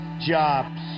jobs